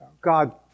God